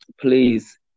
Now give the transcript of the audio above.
please